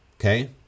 okay